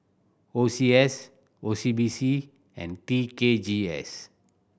O C S O C B C and T K G S